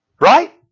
Right